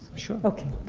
sure. ok.